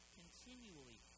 continually